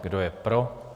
Kdo je pro?